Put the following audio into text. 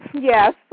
yes